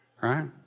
right